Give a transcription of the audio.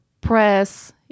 press